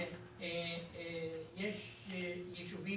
-- יש יישובים